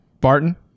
Barton